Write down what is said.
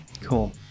Cool